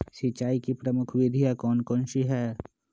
सिंचाई की प्रमुख विधियां कौन कौन सी है?